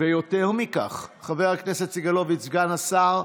יותר מכך, חבר הכנסת סגלוביץ', סגן השר,